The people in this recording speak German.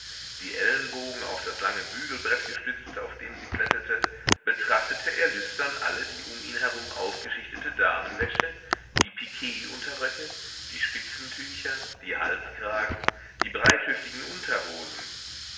die ellenbogen auf das lange bügelbrett gestützt auf dem sie plättete betrachtete er lüstern alle die um ihn herum aufgeschichtete damenwäsche die pikee unterröcke die spitzentücher die halskragen die breithüftigen unterhosen